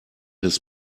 his